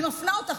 אני מפנה אותך,